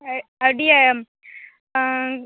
அப்படியா